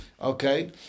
Okay